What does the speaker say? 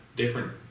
different